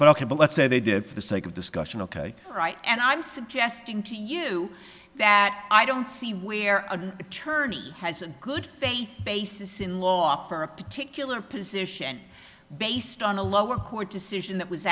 ok but let's say they did for the sake of discussion ok right and i'm suggesting to you that i don't see where an attorney has a good faith basis in law for a particular position based on a lower court decision that was